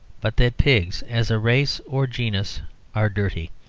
but that pigs as a race or genus are dirty,